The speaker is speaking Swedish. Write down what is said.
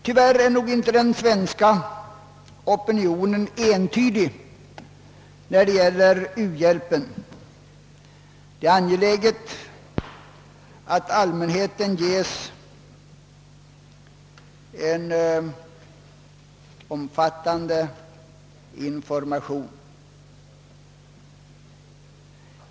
Tyvärr är nog inte den svenska opinionen entydigt för u-hjälpen. Det är angeläget att allmänheten får en omfattande information.